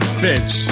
bitch